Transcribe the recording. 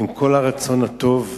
עם כל הרצון הטוב,